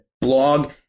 blog